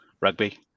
Rugby